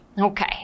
Okay